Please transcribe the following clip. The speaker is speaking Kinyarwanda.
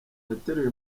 ateruye